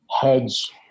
Hedge